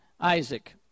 Isaac